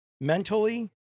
mentally